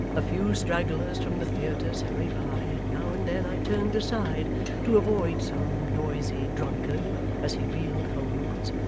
a few stragglers from the theatres hurried by, and now and then i turned aside to avoid some noisy drunkard as he reeled homewards,